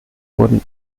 wurden